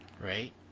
right